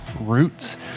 roots